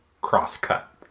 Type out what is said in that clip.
cross-cut